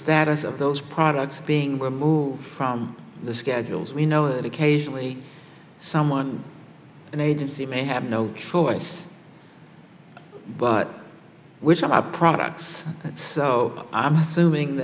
status of those products being removed from the schedules we know that occasionally someone an agency may have no choice but which are my products so i'm assuming